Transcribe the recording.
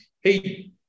Hey